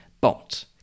bot